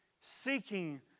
seeking